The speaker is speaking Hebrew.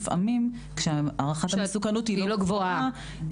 לפעמים כשהערכת המסוכנות היא לא גבוהה,